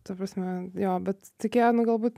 ta prasme jo bet tikėjau nu galbūt